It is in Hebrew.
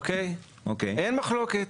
אין מחלוקת.